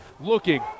looking